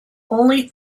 only